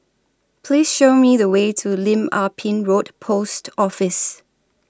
Please Show Me The Way to Lim Ah Pin Road Post Office